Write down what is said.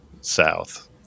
south